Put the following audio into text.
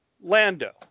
Lando